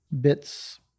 bits